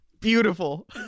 beautiful